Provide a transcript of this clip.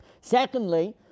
Secondly